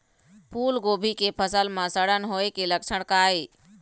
फूलगोभी के फसल म सड़न होय के लक्षण का ये?